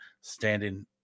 standing